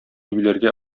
юләргә